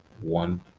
one